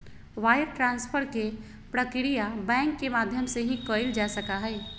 wire transfer के प्रक्रिया bank के माध्यम से ही कइल जा सका हई